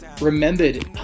remembered